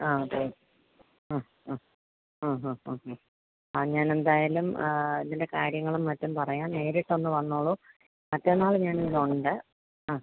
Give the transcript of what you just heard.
ആ അതെ ആ ആ ആ ആ ആ ആ ആ ഞാൻ എന്തായാലും അതിൻ്റെ കാര്യങ്ങളും മറ്റും പറയാൻ നേരിട്ടൊന്ന് വന്നോളൂ മറ്റന്നാൾ ഞാനിവിടെ ഉണ്ട് ആ